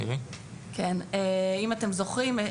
אם אתם זוכרים,